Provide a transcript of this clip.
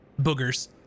boogers